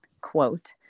quote